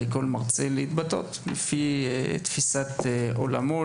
לכל מרצה להתבטא לפי תפיסת עולמו,